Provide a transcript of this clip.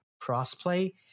crossplay